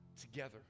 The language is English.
together